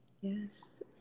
Yes